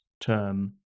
term